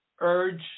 urge